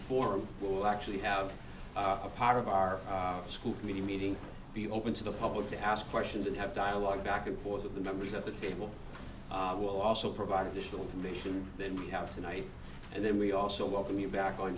forum will actually have a part of our school committee meeting be open to the public to ask questions and have dialogue back and forth with the members of the table will also provide additional information then we have tonight and then we also welcome you back on